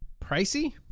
Pricey